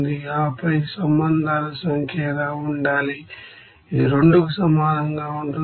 ఆపై సంబంధాల సంఖ్య ఎలా ఉండాలి ఇది 2 కి సమానంగా ఉంటుంది ఎందుకు